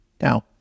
Now